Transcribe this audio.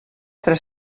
tres